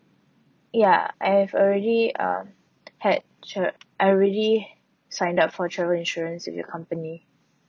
ya I have already uh had tra~ I already signed up for a travel insurance with your company